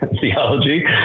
theology